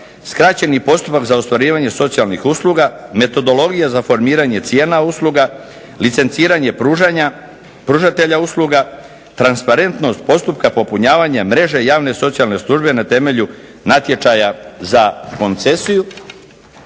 skraćeni postupak za ostvarivanje socijalnih usluga, metodologija za formiranje cijena usluga, licenciranje pružanja pružatelja usluga, transparentnost postupka popunjavanja mreže javne socijalne službe na temelju natječaja za koncesiju,